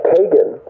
Kagan